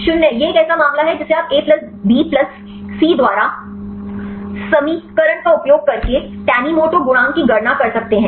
0 यह एक ऐसा मामला है जिसे आप A plus B plus C द्वारा समीकरण का उपयोग करके tanimoto गुणांक की गणना कर सकते हैं